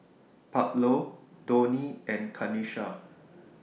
Pablo Donnie and Kanisha